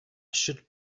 should